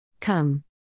Come